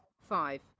Five